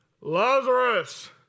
Lazarus